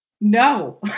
No